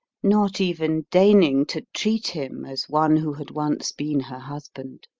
not even deigning to treat him as one who had once been her husband,